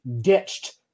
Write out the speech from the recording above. ditched